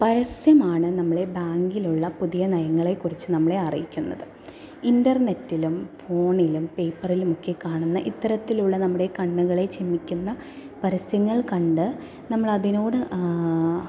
പരസ്യമാണ് നമ്മളെ ബാങ്കിലുള്ള പുതിയ നയങ്ങളെ കുറിച്ച് നമ്മളെ അറിയിക്കുന്നത് ഇന്റർനെറ്റിലും ഫോണിലും പേപ്പറിലുമൊക്കെ കാണുന്ന ഇത്തരത്തിലുള്ള നമ്മുടെ കണ്ണുകളെ ചിന്തിക്കുന്ന പരസ്യങ്ങൾ കണ്ട് നമ്മൾ അതിനോട്